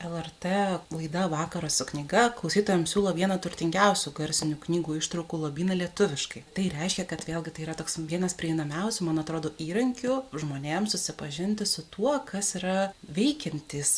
lrt laida vakaras su knyga klausytojam siūlo vieną turtingiausių garsinių knygų ištraukų lobyną lietuviškai tai reiškia kad vėlgi tai yra toks vienas prieinamiausių man atrodo įrankių žmonėms susipažinti su tuo kas yra veikiantys